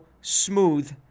smooth